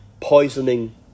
poisoning